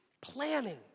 planning